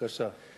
בבקשה.